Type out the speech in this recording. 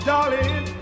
Darling